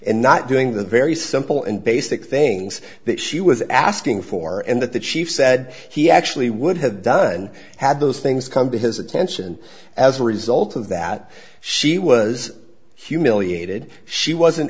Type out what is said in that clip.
and not doing the very simple and basic things that she was asking for and that the chief said he actually would have done had those things come to his attention as a result of that she was humiliated she wasn't